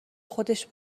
خودش